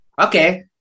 Okay